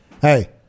hey